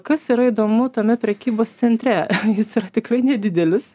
kas yra įdomu tame prekybos centre jis yra tikrai nedidelis